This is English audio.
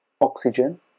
oxygen